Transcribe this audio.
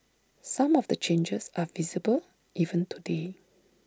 some of the changes are visible even today